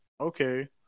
okay